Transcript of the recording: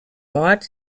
ort